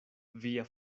via